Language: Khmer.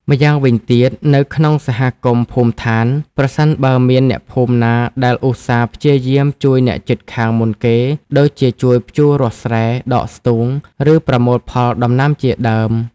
ម្យ៉ាងវិញទៀត នៅក្នុងសហគមន៍ភូមិដ្ឋាន ប្រសិនបើមានអ្នកភូមិណាដែលឧស្សាហ៍ព្យាយាមជួយអ្នកជិតខាងមុនគេដូចជាជួយភ្ជួររាស់ស្រែ ដកស្ទូង ឬប្រមូលផលដំណាំជាដើម។